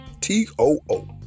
T-O-O